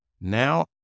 Now